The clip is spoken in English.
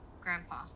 grandpa